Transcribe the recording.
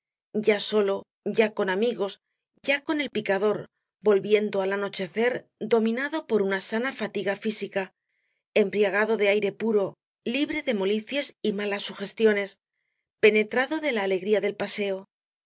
ya solo ya con amigos ya con el picador volviendo al anochecer dominado por una sana fatiga física embriagado de aire puro libre de molicies y malas sugestiones penetrado de la alegría del paseo